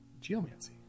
Geomancy